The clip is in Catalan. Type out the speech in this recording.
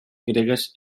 gregues